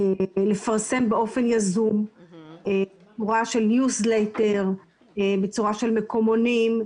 לפרסם באופן יזום הוראה של ניוזלטר בצורה של מקומונים,